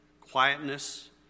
quietness